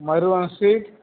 Marwan street